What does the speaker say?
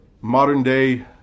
modern-day